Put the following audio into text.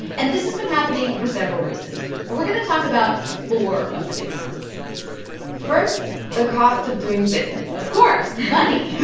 and this has been happening for several reasons. but we're going to talk about four of the big ones first, the cost of doing business of course money